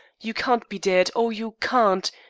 you can't be dead. oh, you can't.